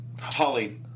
Holly